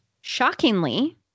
Shockingly